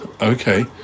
Okay